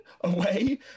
away